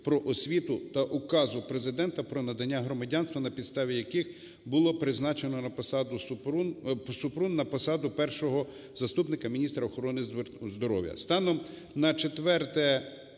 про освіту та Указу Президента про надання громадянства на підставі, яких було призначено на посаду… Супрун на посаду першого заступника міністра охорони здоров'я.